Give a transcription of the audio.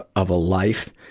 of a life.